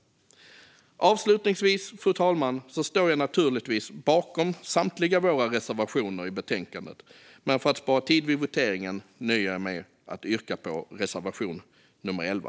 Avslutningsvis, fru talman, står jag naturligtvis bakom samtliga våra reservationer i betänkandet, men för att spara tid vid voteringen nöjer jag mig med att yrka bifall till reservation nummer 11.